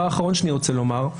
הדבר האחרון שאני רוצה לומר,